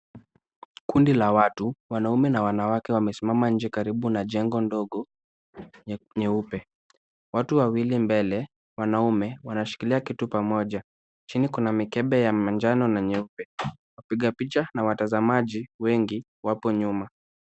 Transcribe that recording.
Kundi la watu, wanaume na wanawake wamesimama nje karibu na jengo ndogo nyeupe. Watu wawili mbele, wanaume wanashikilia kitu pamoja. Chini kuna mikebe ya manjano na nyeupe. Wapiga picha na watazamaji wengi wapo nyuma.